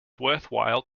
worthwhile